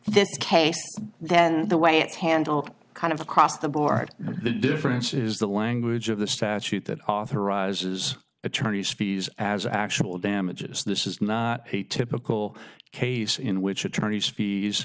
this case then the way it's handled kind of across the board the difference is the language of the statute that authorizes attorneys fees as actual damages this is not a typical case in which attorneys fees